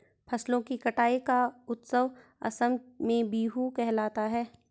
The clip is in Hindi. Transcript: फसलों की कटाई का उत्सव असम में बीहू कहलाता है